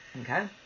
Okay